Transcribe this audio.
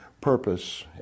purpose